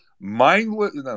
Mindless